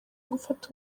gufata